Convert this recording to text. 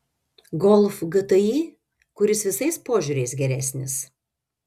golf gti kuris visais požiūriais geresnis